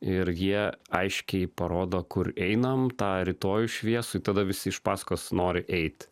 ir jie aiškiai parodo kur einam tą rytojų šviesų ir tada visi iš paskos nori eit